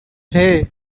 hey